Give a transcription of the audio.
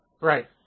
Right